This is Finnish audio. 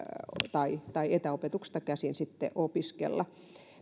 tai tai etäopetuksesta käsin opiskella